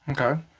Okay